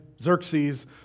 Xerxes